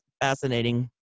fascinating